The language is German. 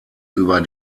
über